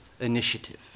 initiative